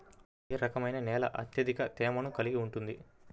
ఏ రకమైన నేల అత్యధిక తేమను కలిగి ఉంటుంది?